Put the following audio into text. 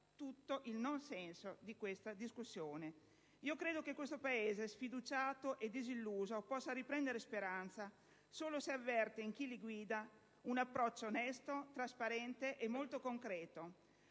tutto il non senso di questa discussione. Credo che questo Paese, sfiduciato e disilluso, possa riprendere speranza solo se avverte in chi lo guida un approccio onesto, trasparente e molto concreto.